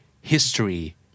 history